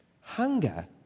Hunger